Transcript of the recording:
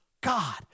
God